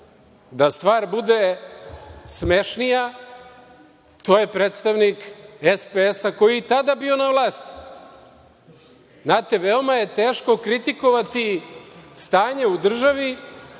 Da stvar bude smešnija, to je predstavnik SPS koji je i tada bio na vlasti. Znate, veoma je teško kritikovati stanje u državi